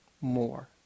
more